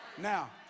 Now